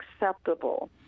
acceptable